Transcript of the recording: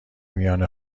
میان